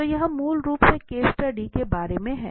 तो यह मूल रूप से केस स्टडी के बारे में है